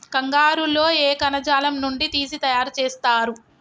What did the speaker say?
కంగారు లో ఏ కణజాలం నుండి తీసి తయారు చేస్తారు?